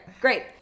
great